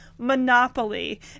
monopoly